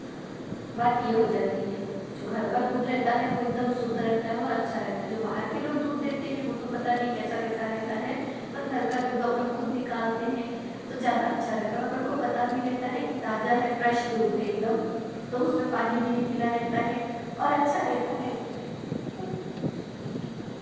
बात यह हो जाती है जो घर का दूध रहता है वह एक दम शुद्ध रहता है और अच्छा रहता है जो बाहर के लोग दूध देते हैं वह तो पता नहीं कैसा कैसा रहता है पर घर का दूध अपन खुद निकालते हैं तो ज़्यादा अच्छा रहता है और अपन को पता भी रहता है कि ताजा है फ्रेश दूध है एकदम तो उसमें पानी भी नहीं मिला रहता है और अच्छा रहता है